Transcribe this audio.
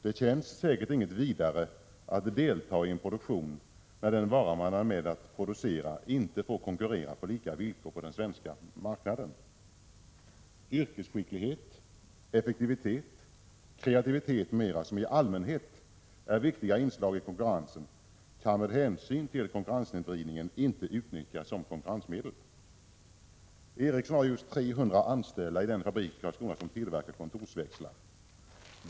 Det känns säkert inget vidare att delta i en produktion när den vara man är med om att producera inte får konkurrera på lika villkor på den svenska marknaden. Yrkesskicklighet, effektivitet, kreativitet m.m., som i allmänhet är viktiga inslag i konkurrensen, kan med hänsyn till konkurrenssnedvridningen inte utnyttjas som konkurrensmedel. Ericsson har 300 anställda i den fabrik i Karlskrona som tillverkar kontorsväxlar.